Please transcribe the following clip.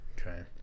Okay